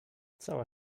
cała